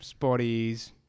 spotties